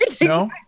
No